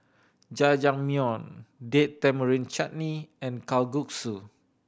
Jajangmyeon Date Tamarind Chutney and Kalguksu